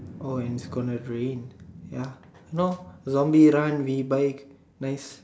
oh and it's going to rain ya you know zombie run we buy nice